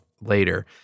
later